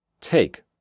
take